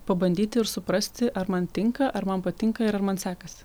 pabandyti ir suprasti ar man tinka ar man patinka ir ar man sekas